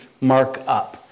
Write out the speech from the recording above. markup